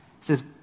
says